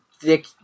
dick